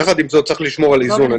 יחד עם זאת צריך לשמור על איזון.